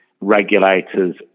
Regulators